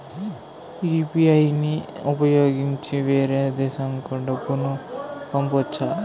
UPI ని ఉపయోగించి వేరే దేశంకు డబ్బును పంపొచ్చా?